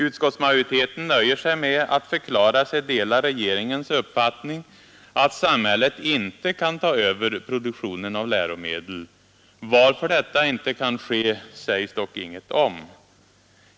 Utskottsmajoriteten nöjer sig med att förklara sig dela regeringens uppfattning att samhället inte kan ta över produktionen av läromedel. Varför detta inte kan ske sägs dock ingenting om.